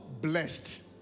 blessed